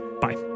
Bye